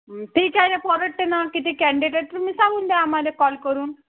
ठीक आहे ना परवडते ना किती कँडिडेट तुम्ही सांगून द्या आम्हाला कॉल करून